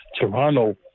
Toronto